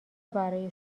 برای